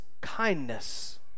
kindness